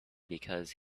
because